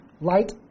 light